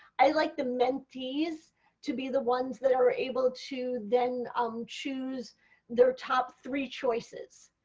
i like the mentees to be the ones that are able to then um choose their top three choices.